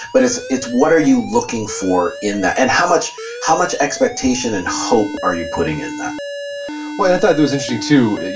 but it's it's what are you looking for in that and how much how much expectation and hope are you putting in that well, i thought it was interesting too.